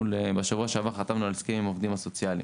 אנחנו בשבוע שעבר חתמנו על הסכם עם העובדים הסוציאליים.